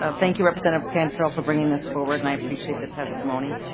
ah thank you representative cantrell for bringing this forward and i appreciate the testimony.